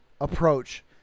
approach